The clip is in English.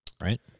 Right